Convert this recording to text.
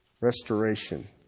restoration